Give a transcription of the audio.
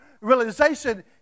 realization